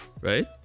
right